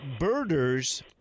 birders